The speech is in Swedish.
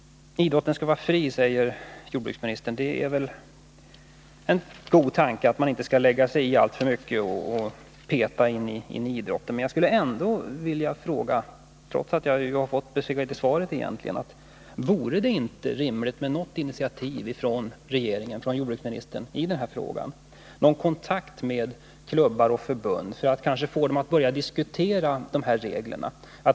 Idrotten skall vara fri, säger jordbruksministern. Det är väl en god tanke att man inte skall lägga sig i alltför mycket och peta i idrotten, men jag skulle ändå, trots att jag egentligen fått besked i svaret, vilja fråga: Vore det inte rimligt med något initiativ från jordbruksministern i den här frågan, någon kontakt med klubbar och förbund för att kanske få dem att börja diskutera reglerna?